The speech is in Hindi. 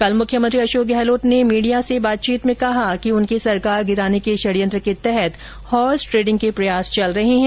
कल मुख्यमंत्री अशोक गहलोत ने मीडिया में बातचीत में कहा कि उनकी सरकार गिराने के षड़यंत्र के तहत हॉर्स ट्रेडिंग के प्रयास चल रहे हैं